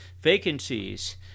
vacancies